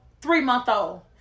three-month-old